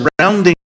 surrounding